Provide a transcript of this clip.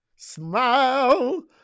Smile